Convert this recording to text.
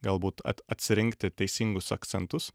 galbūt at atsirinkti teisingus akcentus